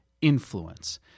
influence